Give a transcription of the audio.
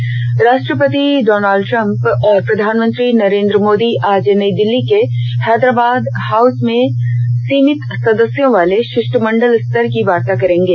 Trump दौरा राष्ट्रपति Donald Trump और प्रधानमंत्री नरेन्द्र मोदी आज नई दिल्ली के हैदराबाद हाउस में सीमित सदस्यों वाले शिष्टमंडल स्तर की वार्ता करेंगे